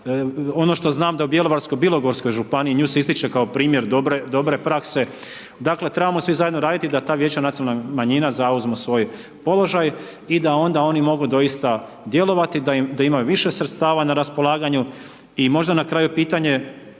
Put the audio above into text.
ono što znam da u Bjelovarsko-bilogorskoj županiji, nju se ističe kao primjer, dobre, dobre prakse, dakle trebamo svi zajedno raditi da ta Vijeća nacionalnih manjina zauzmu svoj položaj i da onda oni mogu doista djelovati, da imaju više sredstava na raspolaganju. I možda na kraju pitanje,